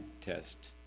test